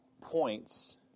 points